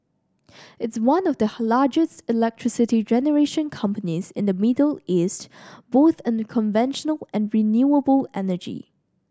it's one of the largest electricity generation companies in the Middle East both in conventional and renewable energy